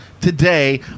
today